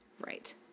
Right